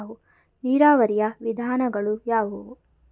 ನೀರಾವರಿಯ ವಿಧಾನಗಳು ಯಾವುವು?